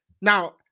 Now